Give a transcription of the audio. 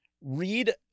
read